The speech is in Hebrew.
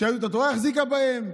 שיהדות התורה החזיקה בהם,